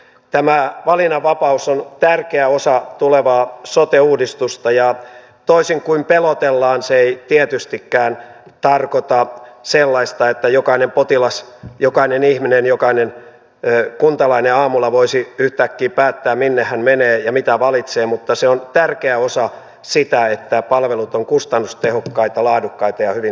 tämä valinnanvapaus on tärkeä osa tulevaa sote uudistusta ja toisin kuin pelotellaan se ei tietystikään tarkoita sellaista että jokainen potilas jokainen ihminen jokainen kuntalainen aamulla voisi yhtäkkiä päättää minne hän menee ja mitä valitsee mutta se on tärkeä osa sitä että palvelut ovat kustannustehokkaita laadukkaita ja hyvin saatavissa